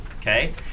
okay